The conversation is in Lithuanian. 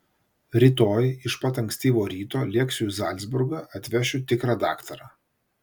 rytoj iš pat ankstyvo ryto lėksiu į zalcburgą atvešiu tikrą daktarą